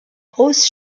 rose